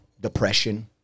Depression